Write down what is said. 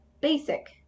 basic